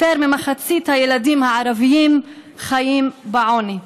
יותר ממחצית מהילדים הערבים חיים בעוני.